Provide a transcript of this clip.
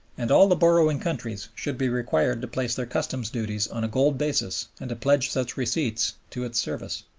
and all the borrowing countries should be required to place their customs duties on a gold basis and to pledge such receipts to its service